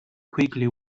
quickly